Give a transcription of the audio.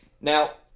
Now